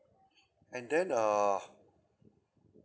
and then uh